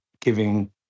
giving